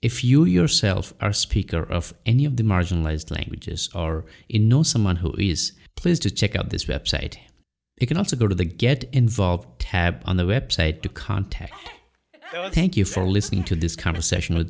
if you yourself are speaker of any of the marginalized languages or in know someone who is please do check out this website you can also go to the get involved tab on the website to contact thank you for listening to this conversation with